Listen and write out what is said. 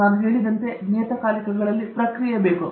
ನಾನು ಹೇಳಿದಂತೆ ನಿಯತಕಾಲಿಕಗಳಲ್ಲಿ ಪ್ರಕ್ರಿಯೆ ಬೇಕು